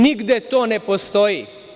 Nigde to ne postoji.